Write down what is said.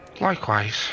Likewise